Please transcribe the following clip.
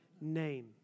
name